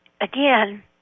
again